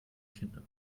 kinder